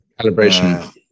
calibration